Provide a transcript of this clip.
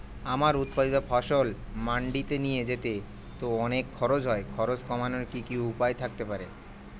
আমার উৎপাদিত ফসল মান্ডিতে নিয়ে যেতে তো অনেক খরচ হয় খরচ কমানোর কি উপায় থাকতে পারে?